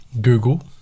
Google